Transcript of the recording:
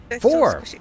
Four